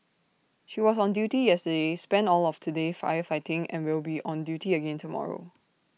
she was on duty yesterday spent all of today firefighting and will be on duty again tomorrow